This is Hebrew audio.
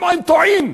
הם הרי טועים.